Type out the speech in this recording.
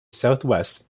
southwest